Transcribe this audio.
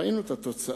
ראינו את התוצאה,